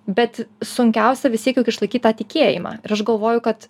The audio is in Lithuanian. bet sunkiausia vis tiek juk išlaikyt tą tikėjimą ir aš galvoju kad